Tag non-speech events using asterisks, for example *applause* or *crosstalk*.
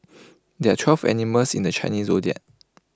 *noise* there are twelve animals in the Chinese Zodiac